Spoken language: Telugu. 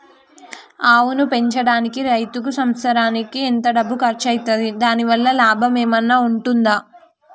ఆవును పెంచడానికి రైతుకు సంవత్సరానికి ఎంత డబ్బు ఖర్చు అయితది? దాని వల్ల లాభం ఏమన్నా ఉంటుందా?